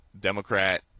Democrat